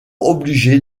obligé